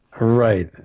Right